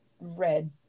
red